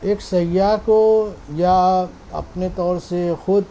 ایک سیاح کو یا اپنے طور سے خود